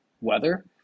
weather